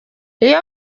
iyo